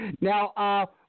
Now